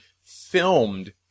filmed